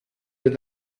del